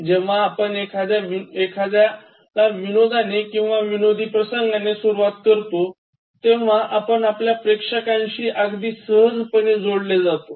जेव्हा आपण एखाद्या विनोदाने किंवा विनोदी प्रसंगाने सुरवात करतो तेव्हा आपण आपल्या प्रेक्षकांशी अगदी सहजपणे जोडले जातो